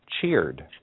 cheered